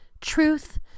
truth